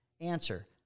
Answer